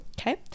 okay